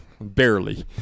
Barely